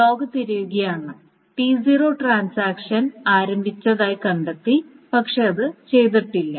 log തിരയുകയാണ് T0 transaction ആരംഭിച്ചതായി കണ്ടെത്തി പക്ഷേ അത് ചെയ്തിട്ടില്ല